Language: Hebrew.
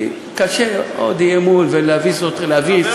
כי, קשה, עוד אי-אמון, ולהביס את האופוזיציה.